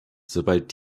sobald